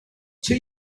two